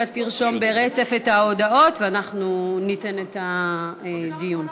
אתה תרשום ברצף את ההודעות ואנחנו ניתן את הדיון.